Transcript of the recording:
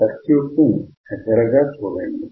circuit దగ్గరగా చూడండి